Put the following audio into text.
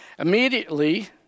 Immediately